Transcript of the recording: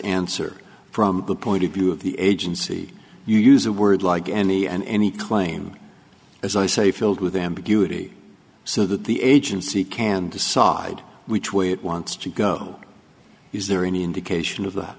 answer from the point of view of the agency you use a word like any and any claim as i say filled with ambiguity so that the agency can decide which way it wants to go is there any indication of the